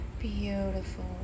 Beautiful